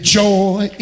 joy